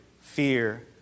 fear